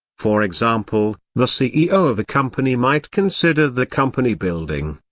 for example, the ceo of a company might consider the company building,